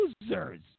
losers